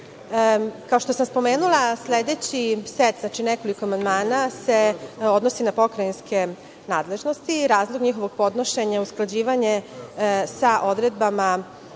što sam spomenula, sledeći set nekoliko amandmana se odnosi na pokrajinske nadležnosti. Razlog njihovog podnošenja je usklađivanje sa Zakonom